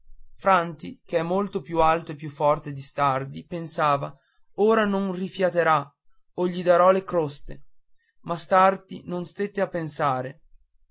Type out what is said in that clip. franti che è molto più alto e più forte di stardi pensava o non rifiaterà o gli darò le croste ma stardi non stette a pensare